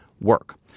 work